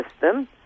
system